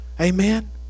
amen